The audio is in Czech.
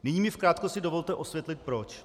Nyní mi v krátkosti dovolte osvětlit proč.